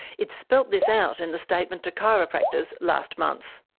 it spelt this out in the statement to chiropractors last month.